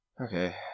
Okay